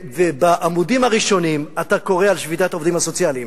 ובעמודים הראשונים אתה קורא על שביתת העובדים הסוציאליים,